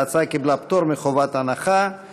ההצעה קיבלה פטור מחובת הנחה,